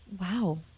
wow